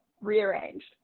rearranged